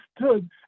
stood